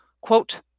quote